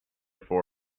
for